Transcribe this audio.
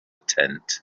tent